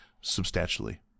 substantially